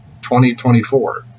2024